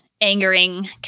angering